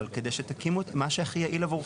אבל כדי שתקימו את מה שהכי יעיל עבורכם.